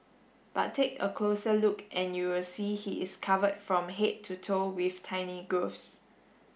but take a closer look and you will see he is covered from head to toe with tiny growths